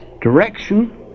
direction